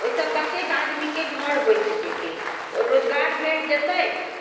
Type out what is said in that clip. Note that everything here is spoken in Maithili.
ओहिसँ कतेक अदमीके घर बसि जेतै ओ रोजगार भेट जेतै